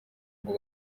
ngo